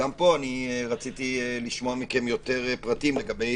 גם פה הייתי רוצה לשמוע מכם פרטים, לגבי